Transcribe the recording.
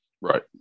right